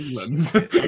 England